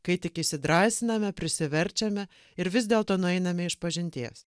kai tik įsidrąsiname prisiverčiame ir vis dėlto nueiname išpažinties